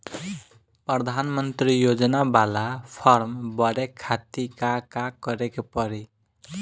प्रधानमंत्री योजना बाला फर्म बड़े खाति का का करे के पड़ी?